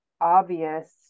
obvious